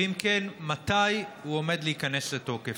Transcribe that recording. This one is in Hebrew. ואם כן, מתי הוא עומד להיכנס לתוקף?